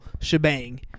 shebang